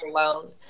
alone